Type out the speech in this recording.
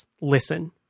listen